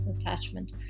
attachment